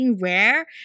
rare